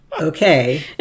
okay